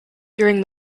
during